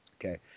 Okay